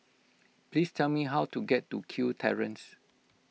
please tell me how to get to Kew Terrace